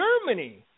Germany